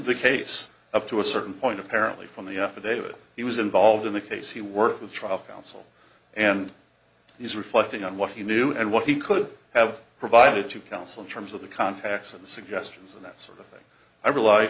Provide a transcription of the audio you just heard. the case of to a certain point apparently on the up today that he was involved in the case he worked with trial counsel and he's reflecting on what he knew and what he could have provided to counsel in terms of the contacts and the suggestions and that sort of thing i rel